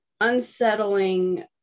unsettling